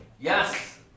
Yes